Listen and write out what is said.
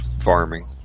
farming